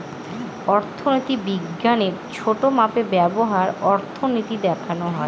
অর্থনীতি বিজ্ঞানের ছোটো মাপে ব্যবহার অর্থনীতি দেখানো হয়